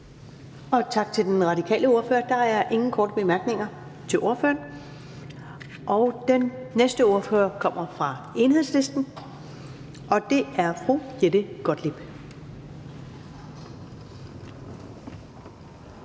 Tak til den radikale ordfører. Der er ingen korte bemærkninger til ordføreren. Den næste ordfører kommer fra Enhedslisten, og det er fru Jette Gottlieb.